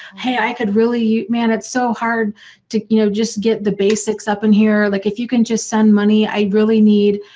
hey, i could really use. man it's so hard to you know just get the basics up in here, like if you can just send money, i'd really need.